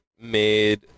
made